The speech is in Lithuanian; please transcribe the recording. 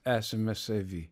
esame savi